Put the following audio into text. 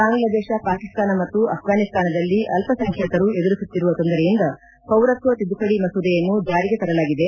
ಬಾಂಗ್ಲಾದೇಶ ಪಾಕಿಸ್ತಾನ ಮತ್ತು ಆಫ್ರಾನಿಸ್ತಾನದಲ್ಲಿ ಅಲ್ಲಸಂಖ್ಯಾತರು ಎದುರಿಸುತ್ತಿರುವ ತೊಂದರೆಯಿಂದ ಪೌರತ್ವ ತಿದ್ದುಪಡಿ ಮಸೂದೆಯನ್ನು ಜಾರಿಗೆ ತರಲಾಗಿದೆ